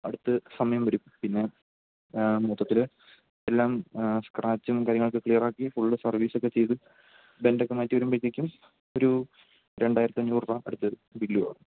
അടുത്ത് സമയം വരും പിന്നെ മൊത്തത്തിൽ എല്ലാം സ്ക്രാച്ചും കാര്യങ്ങലിളൊക്കെ ക്ലിയറാക്കി ഫുള്ള് സർവ്വീസക്കെ ചെയ്ത് ബെൻ്റക്കെ മാറ്റി വരുമ്പോഴ്ത്തേക്കും ഒരു രണ്ടായിരത്തി അഞ്ഞൂറ് രൂപ അടുത്ത് ബില്ലുവാകും